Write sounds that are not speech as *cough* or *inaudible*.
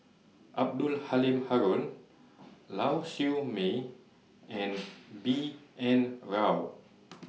Abdul Halim Haron Lau Siew Mei and *noise* B N Rao *noise*